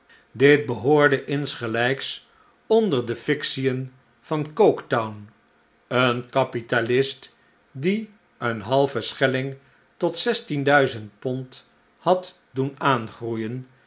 dit behoorde insgelijks onder de fictien van c o k e t o w n een kapitalist die een halven schelling tot zestien duizend pond had doen aangroeien